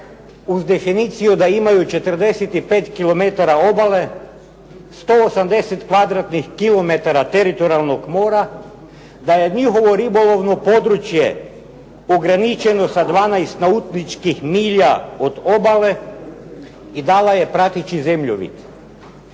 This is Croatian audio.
uz definiciju da imaju 45 km obale, 180 kvadratnih km teritorijalnog mora, da je njihovo ribolovno područje ograničeno sa 12 nautičkih milja od obale i dala je prateći zemljovid